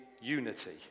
unity